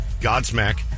Godsmack